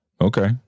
Okay